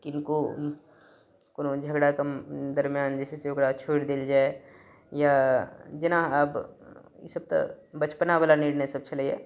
किनको कोनो झगड़ाके दरम्यान जे छै से ओकरा छोड़ि देल जाइ या जेना आब ई सभ तऽ बचपना बला निर्णय सभ छलैया